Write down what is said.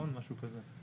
משהו כזה.